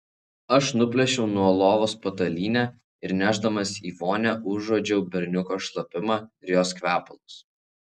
aš nuplėšiau nuo lovos patalynę ir nešdamas į vonią užuodžiau berniuko šlapimą ir jos kvepalus